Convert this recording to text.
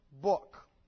book